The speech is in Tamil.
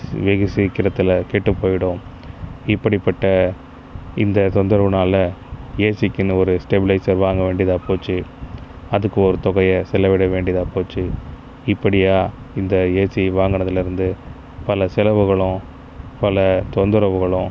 வெகு சீக்கிரத்தில் கெட்டுப்போய்டும் இப்படிப்பட்ட இந்த தொந்தரவினால ஏசிக்குனு ஒரு ஸ்டெபிலைஸர் வாங்க வேண்டியதாக போச்சு அதுக்கு ஒரு தொகையை செலவிட வேண்டியதாக போச்சு இப்படியாக இந்த ஏசி வாங்கினதுலேருந்து பல செலவுகளும் பல தொந்தரவுகளும்